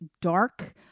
dark